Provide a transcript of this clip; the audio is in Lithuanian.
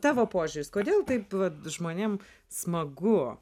tavo požiūris kodėl taip vat žmonėm smagu